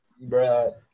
Bro